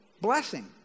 blessing